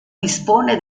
dispone